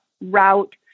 route